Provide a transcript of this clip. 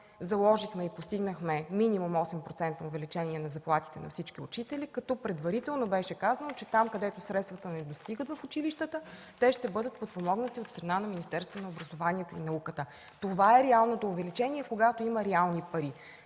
заложихме и постигнахме минимум 8% увеличение на заплатите на всички учители, като предварително беше казано, че там, където средствата не достигат в училищата, те ще бъдат подпомогнати от страна на Министерството на образованието и науката. Това е реалното увеличение, когато има реални пари.